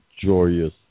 joyous